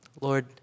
Lord